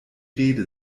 rede